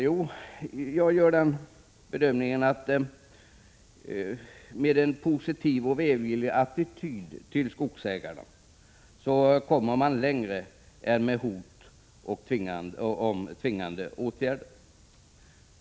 Jo, jag bedömer att man med en positiv och välvillig attityd till skogsägarna kommer längre än med hot om tvingande åtgärder.